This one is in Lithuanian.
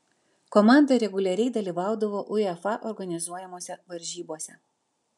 komanda reguliariai dalyvaudavo uefa organizuojamose varžybose